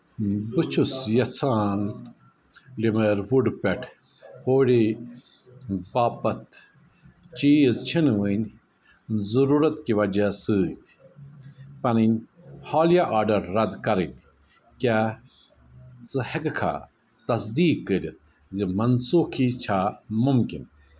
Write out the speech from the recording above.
بہٕ چھُس یَژھان لِمایَر وُڈ پٮ۪ٹھ ہوٗڈی باپَتھ چیٖز چھِنہٕ وَنہِ ضٔروٗرت کہِ وجہ سۭتۍ پنٕنۍ حالیہ آرڈر رَد کَرٕنۍ کیٛاہ ژٕ ہٮ۪کہٕ کھا تصدیٖق کٔرِتھ زِ منسوخی چھےٚ مُمکِن